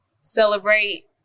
celebrate